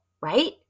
right